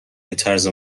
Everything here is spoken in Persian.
بطرز